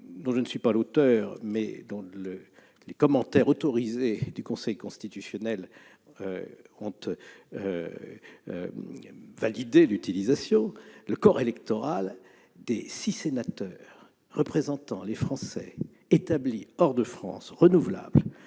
dont je ne suis pas l'auteur, mais dont les commentaires autorisés du Conseil constitutionnel ont validé l'utilisation, le corps électoral des six sénateurs représentant les Français établis hors de France renouvelables